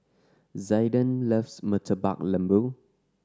Zaiden loves Murtabak Lembu